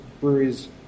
breweries